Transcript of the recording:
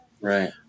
Right